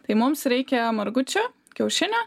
tai mums reikia margučio kiaušinio